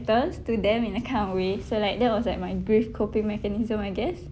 to them in a kind of way so like that was like my grief coping mechanism I guess